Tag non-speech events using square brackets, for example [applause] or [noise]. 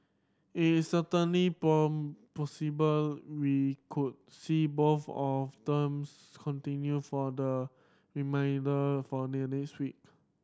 it is certainly [unintelligible] possible we could see both of themes continue for the remainder for the next week